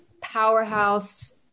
powerhouse